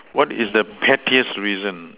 what is the pettiest reason